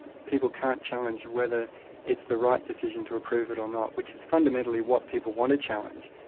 and people can't challenge whether it's the right decision to approve it or not, which is fundamentally what people want to challenge.